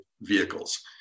vehicles